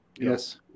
Yes